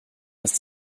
dass